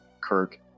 Kirk